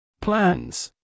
Plans